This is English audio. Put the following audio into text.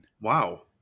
Wow